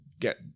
get